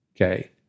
okay